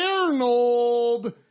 Arnold